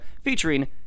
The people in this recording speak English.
featuring